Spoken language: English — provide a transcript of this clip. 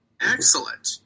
Excellent